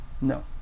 No